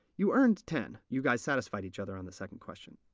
you earned ten you guys satisfied each other on the second question.